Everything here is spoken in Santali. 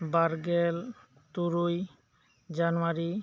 ᱵᱟᱨ ᱜᱮᱞ ᱛᱩᱨᱩᱭ ᱡᱟᱱᱩᱣᱟᱨᱤ